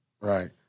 right